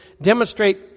demonstrate